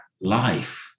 life